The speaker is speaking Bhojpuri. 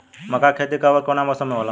मका के खेती कब ओर कवना मौसम में होला?